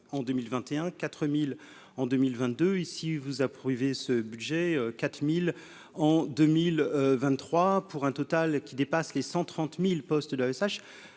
en 2021, 4000 en 2022 ici, vous approuvez ce budget 4000 en 2023 pour un total qui dépasse les 130000 postes d'AESH,